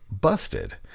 busted